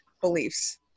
beliefs